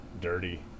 dirty